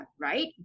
right